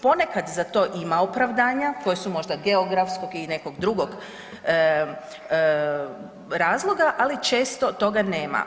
Ponekad za to ima opravdanja koje su možda geografskog i nekog drugog razloga, ali često toga nema.